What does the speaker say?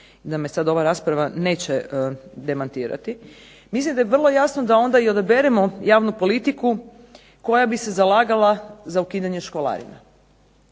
da me sad ova rasprava neće demantirati, mislim da je vrlo jasno da onda i odaberemo javnu politiku koja bi se zalagala za ukidanje školarina.